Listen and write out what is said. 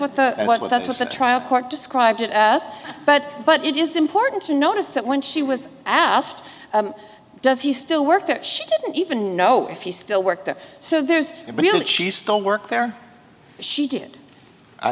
what the what that's what the trial court described it as but but it is important to notice that when she was asked does he still work that she didn't even know if he still worked there so there's no but she still worked there she did i